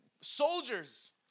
soldiers